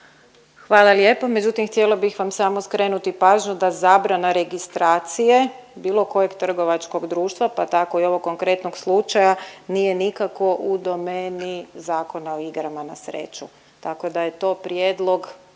Hvala lijepa. Međutim, htjela bih vam samo skrenuti pažnju da zabrana registracije bilo trgovačkog društva pa tako i ovog konkretnog slučaja nije nikako u domeni Zakona o igrama na sreću, tako da je to prijedlog